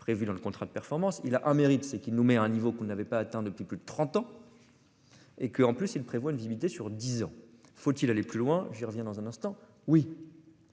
prévus dans le contrat de performance. Il a un mérite, c'est qu'il nous met à un niveau qu'on n'avait pas atteint depuis plus de 30 ans. Et que en plus ils prévoient une sur 10 ans. Faut-il aller plus loin j'reviens dans un instant. Oui.